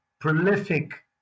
prolific